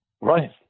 Right